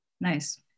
Nice